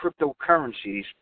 cryptocurrencies